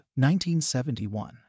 1971